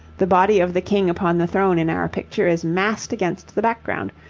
the body of the king upon the throne in our picture is massed against the background,